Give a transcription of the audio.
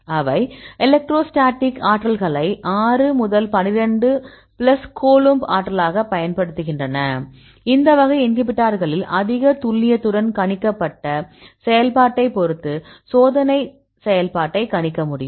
அவை எலக்ட்ரோஸ்டாடிக் ஆற்றல்களை 6 12 plus coulomb ஆற்றலாகப் பயன்படுத்துகின்றன இந்த வகை இன்ஹிபிட்டார்களில் அதிக துல்லியத்துடன் கணிக்கப்பட்ட செயல்பாட்டைப் பொறுத்து சோதனைச் செயல்பாட்டைக் கணிக்க முடியும்